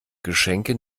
geschenke